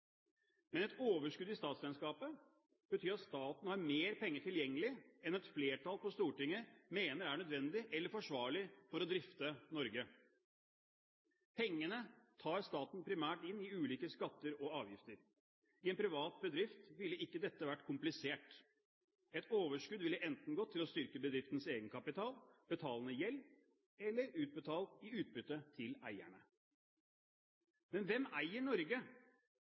Men et overskudd i statsregnskapet betyr at staten har mer penger tilgjengelig enn et flertall på Stortinget mener er nødvendig eller forsvarlig for å drifte Norge. Pengene tar staten primært inn i ulike skatter og avgifter. I en privat bedrift ville ikke dette vært komplisert. Et overskudd ville enten gått til å styrke bedriftens egenkapital, betale ned gjeld eller blitt utbetalt i utbytte til eierne. Men hvem eier Norge?